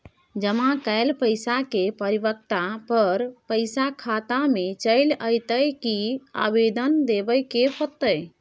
जमा कैल पैसा के परिपक्वता पर पैसा खाता में चल अयतै की आवेदन देबे के होतै?